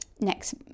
next